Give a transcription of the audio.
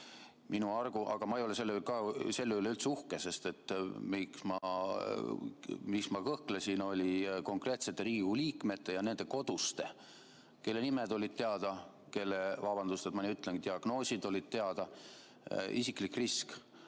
vastu. Aga ma ei ole selle üle üldse uhke, sest põhjus, miks ma kõhklesin, oli konkreetsete Riigikogu liikmete ja nende koduste, kelle nimed olid teada, kelle – vabandust, et ma nii ütlen – diagnoosid olid teada, isiklik risk.